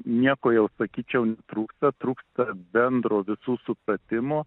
nieko jau sakyčiau trūksta trūksta bendro visų supratimo